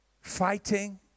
fighting